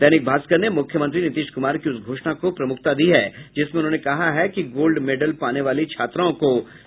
दैनिक भास्कर ने मुख्यमंत्री नीतीश कुमार की उस घोषणा को प्रमुखता दी है जिसमें उन्होंने कहा है कि गोल्ड मेडल पाने वाली छात्राओं को सम्मानित करेगी सरकार